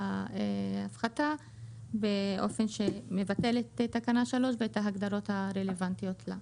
ההפחתה באופן שמבטל את תקנה 3 ואת ההגדרות הרלוונטיות לה.